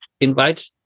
invite